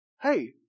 hey